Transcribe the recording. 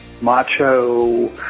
macho